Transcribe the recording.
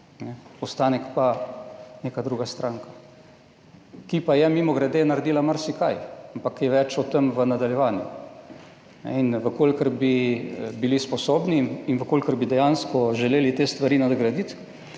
ostalo pa neka druga stranka, ki pa je, mimogrede, naredila marsikaj, ampak kaj več o tem v nadaljevanju. In če bi bili sposobni in če bi dejansko želeli te stvari nadgraditi,